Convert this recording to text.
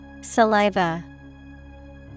Saliva